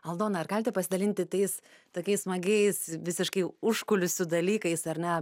aldona ar galite pasidalinti tais tokiais smagiais visiškai užkulisių dalykais ar ne